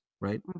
Right